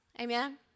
Amen